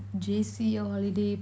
J_C all holiday